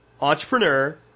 entrepreneur